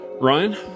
Ryan